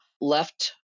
left